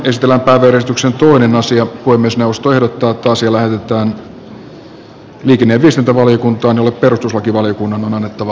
puhemiesneuvosto ehdottaa että asia lähetetään liikenne ja viestintävaliokuntaan jolle perustuslakivaliokunnan on annettava